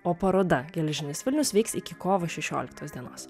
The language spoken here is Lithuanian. o paroda geležinis vilnius veiks iki kovo šešioliktos dienos